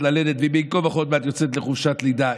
ללדת ובין כה וכה היא עוד מעט יוצאת לחופשת לידה,